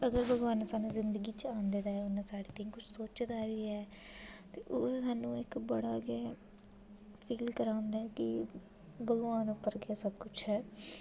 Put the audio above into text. अगर भगोआन ने स्हान्नूं जिंदगी च आंदे दा ऐ ते साढे़ लेई किश सोचे दा बी है ते ओह् स्हान्नूं बड़ा गै फील करांदे न कि भगोआन उप्पर गै सब किश ऐ